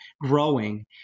growing